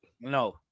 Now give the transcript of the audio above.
No